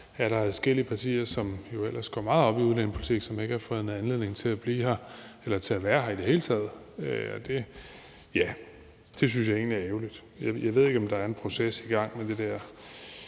er der adskillige partier, som jo ellers går meget op i udlændingepolitik, som ikke har fundet anledning til at blive her eller være her i det hele taget. Det synes jeg egentlig er ærgerligt. Jeg ved ikke, om der er en proces i gang med det der